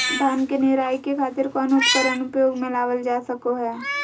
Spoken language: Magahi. धान के निराई के खातिर कौन उपकरण उपयोग मे लावल जा सको हय?